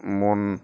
মন